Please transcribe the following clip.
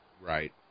Right